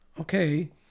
okay